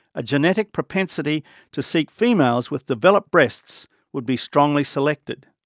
a genetic propensity to seek females with developed breasts would be strongly selected.